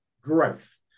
growth